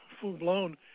full-blown